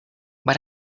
but